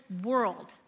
world